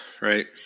right